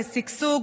לשגשוג,